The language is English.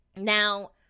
Now